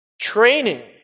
training